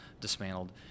dismantled